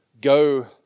go